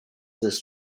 this